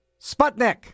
Sputnik